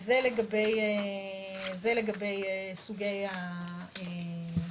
אז זה לגבי סוגי הבדיקות.